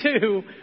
two